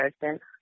person